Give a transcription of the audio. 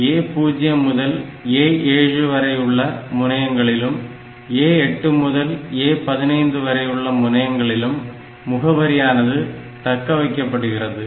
எனவே A0 முதல் A7 வரை உள்ள முனையங்களிலும் A8 முதல் A15 வரையுள்ள முனையங்களிலும் முகவரியானது தக்க வைக்கப்படுகிறது